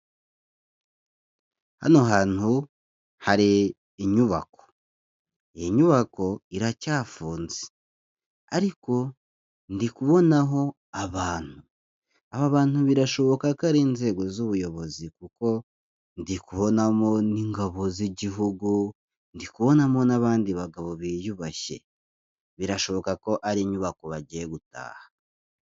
Hano hantu hari inyubako iyi nyubako iracyafunze, ariko ndi kubonaho abantu. Aba bantu birashoboka ko ari inzego z'ubuyobozi kuko ndikubonamo n'ingabo z'igihugu, ndikubonamo n'abandi bagabo biyubashye birashoboka ko ari inyubako bagiye gutaha.